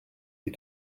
des